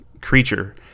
creature